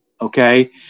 Okay